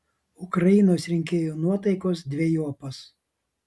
ukrainos rinkėjų nuotaikos dvejopos